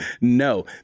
no